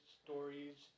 stories